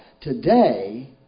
Today